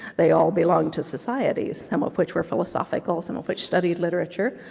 they all belonged to societies, some of which were philosophical, some of which studied literature,